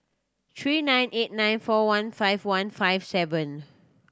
three nine eight nine four one five one five seven